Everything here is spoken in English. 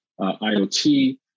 IoT